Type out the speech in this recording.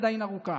עדיין ארוכה.